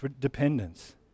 dependence